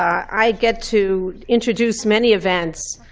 i get to introduce many events.